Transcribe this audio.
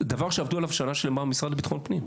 דבר שעבדו עליו שנה שלמה במשרד לביטחון פנים.